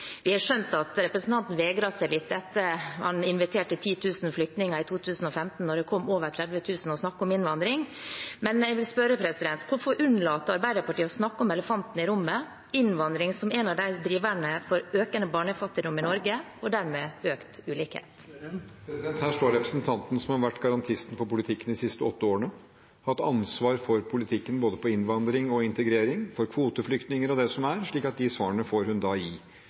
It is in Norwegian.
Vi har skjønt at representanten, etter at han inviterte 10 000 flyktninger i 2015 og det kom over 30 000, vegrer seg litt for å snakke om innvandring, men jeg vil spørre: Hvorfor unnlater Arbeiderpartiet å snakke om elefanten i rommet, innvandring, som en av driverne for økende barnefattigdom i Norge og dermed økt ulikhet? Her står representanten som har vært garantisten for politikken de siste åtte årene, som har hatt ansvar for politikken når det gjelder både innvandring, integrering og kvoteflyktninger og det som er, så de svarene får hun gi.